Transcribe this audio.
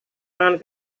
tangan